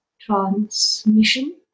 transmission